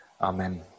Amen